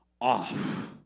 off